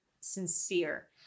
sincere